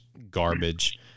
Garbage